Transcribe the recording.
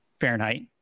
Fahrenheit